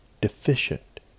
deficient